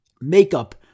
Makeup